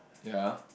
ya